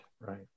Right